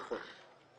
נכון.